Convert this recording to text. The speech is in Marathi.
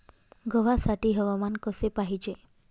गव्हासाठी हवामान कसे पाहिजे?